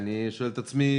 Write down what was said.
אני שואל את עצמי: